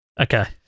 Okay